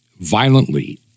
violently